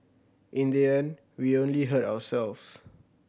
in the end we only hurt ourselves